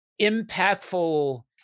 impactful